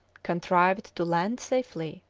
contrived to land safely,